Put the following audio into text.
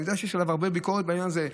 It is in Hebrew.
אני יודע שיש עליו הרבה ביקורת בעניין הזה,